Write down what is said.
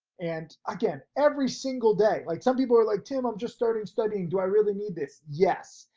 and again, every single day, like some people are like, tim, i'm just starting studying, do i really need this? yes,